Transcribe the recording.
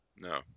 No